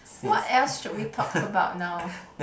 what else should we talk about now